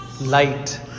Light